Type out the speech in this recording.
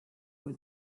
for